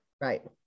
Right